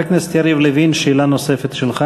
חבר הכנסת יריב לוין, שאלה נוספת שלך